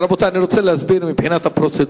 רבותי, אני רוצה להסביר את הפרוצדורה.